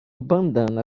bandana